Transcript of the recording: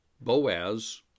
Boaz